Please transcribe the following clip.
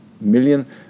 million